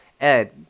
Ed